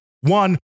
one